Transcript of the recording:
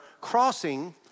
crossing